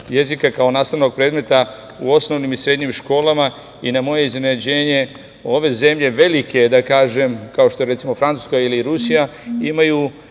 kao nastavnog predmeta u osnovnim i srednjim školama i na moje iznenađenje ove zemlje velike, kao što je Francuska ili Rusija, imaju